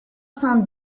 cent